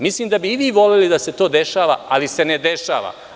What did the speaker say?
Mislim da bi i mi voleli da se to dešava, ali se ne dešava.